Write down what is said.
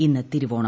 ഇന്ന് തിരുവോണം